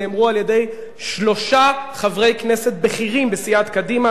נאמרו על-ידי שלושה חברי כנסת בכירים בסיעת קדימה,